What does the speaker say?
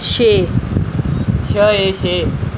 छे